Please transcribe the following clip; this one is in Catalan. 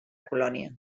colònia